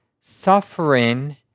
suffering